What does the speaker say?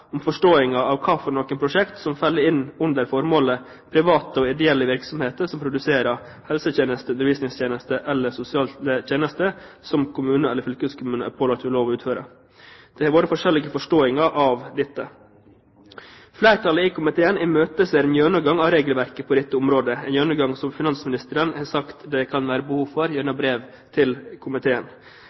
om forståelsen av hvilke prosjekter som faller inn under formålet «private og ideelle virksomheter som produserer helsetjenester, undervisningstjenester eller sosiale tjenester som kommuner eller fylkeskommuner er pålagt ved lov å utføre». Det har vært forskjellige forståelser av dette. Flertallet i komiteen imøteser en gjennomgang av regelverket på dette området, en gjennomgang som finansministeren gjennom brev til komiteen har sagt det kan være behov for.